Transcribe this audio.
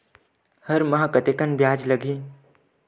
हर माह कतेकन ब्याज लगही?